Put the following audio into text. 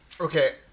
okay